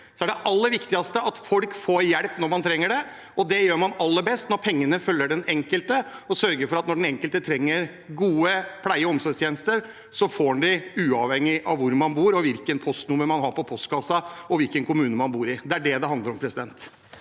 aller viktigste at folk får hjelp når de trenger det. Det gjør man aller best når man lar pengene følge den enkelte og sørger for at når den enkelte trenger gode pleie- og omsorgstjenester, får man det, uavhengig av hvor man bor, hvilket postnummer man har, og hvilken kommune man bor i. Det er det det handler om. Presidenten: